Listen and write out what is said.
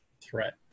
threat